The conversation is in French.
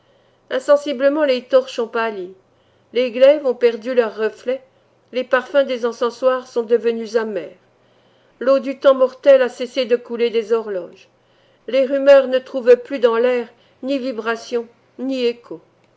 insensiblement les torches ont pâli les glaives ont perdu leurs reflets les parfums des encensoirs sont devenus amers l'eau du temps mortel a cessé de couler des horloges les rumeurs ne trouvent plus dans l'air ni vibrations ni échos